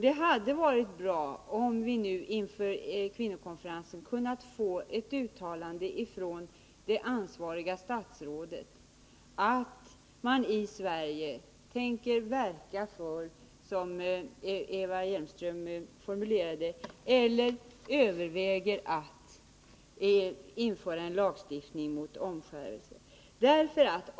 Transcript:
Det hade varit bra, om vi inför kvinnokonferensen av det ansvariga statsrådet hade kunnat få ett uttalande om att Sverige tänker verka för införande av en lag mot omskärelse.